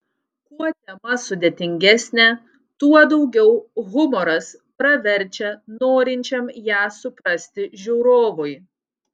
kuo tema sudėtingesnė tuo daugiau humoras praverčia norinčiam ją suprasti žiūrovui